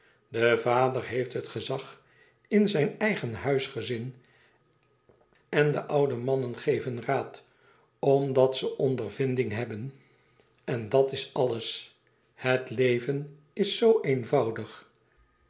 de vader heeft het gezag in zijn eigen huisgezin en de oude mannen geven raad omdat ze ondervinding hebben en dat is alles het leven is zoo eenvoudig